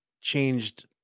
changed